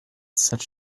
such